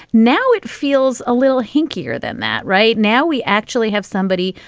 now, it feels a little hinky here than that. right now, we actually have somebody,